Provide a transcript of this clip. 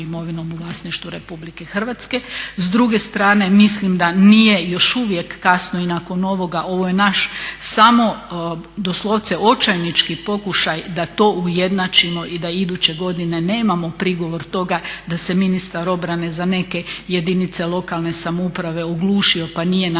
S druge strane mislim da nije još uvijek kasno i nakon ovoga, ovo je naš samo doslovce očajnički pokušaj da to ujednačimo i da iduće godine nemamo prigovor toga da se ministar obrane za neke jedinice lokalne samouprave oglušio pa nije napravio